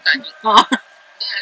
ah